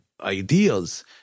ideas